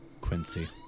Quincy